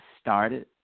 started